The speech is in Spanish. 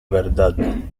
verdad